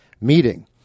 meeting